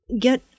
get